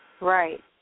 Right